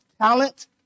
talent